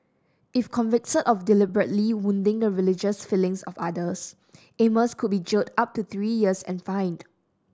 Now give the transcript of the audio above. if convicted of deliberately wounding the religious feelings of others Amos could be jailed up to three years and fined